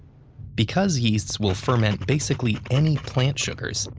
because yeasts will ferment basically any plant sugars,